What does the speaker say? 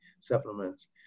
supplements